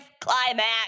climax